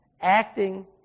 acting